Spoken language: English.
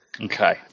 Okay